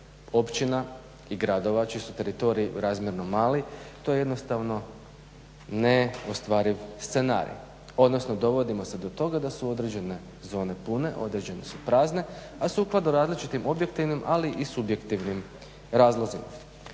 općina i gradova čiji su teritoriji razmjerno mali, to je jednostavno neostvariv scenarij odnosno dovodimo se do toga da su određene zone pune određene su prazne, a sukladno različitim objektivnim ali i subjektivnim razlozima.